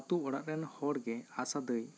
ᱟᱛᱩ ᱚᱲᱟᱜ ᱨᱮᱱ ᱦᱚᱲ ᱜᱮ ᱟᱥᱟ ᱫᱟᱹᱭ